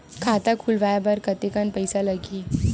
खाता खुलवाय बर कतेकन पईसा लगही?